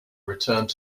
returned